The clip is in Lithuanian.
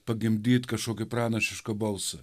pagimdyt kažkokį pranašišką balsą